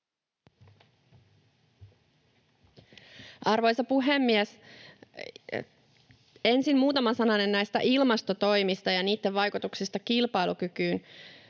Arvoisa puhemies! Ensin muutama sananen näistä ilmastotoimista ja niitten vaikutuksista kilpailukykyyn.